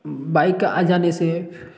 bike आ जाने से